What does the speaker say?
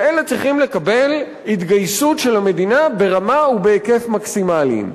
ואלה צריכים לקבל התגייסות של המדינה ברמה ובהיקף מקסימליים.